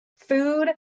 food